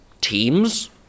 teams